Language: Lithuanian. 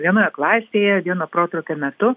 vienoje klasėje vieno protrūkio metu